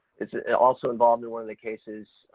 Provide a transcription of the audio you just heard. it's also involved in one of the cases,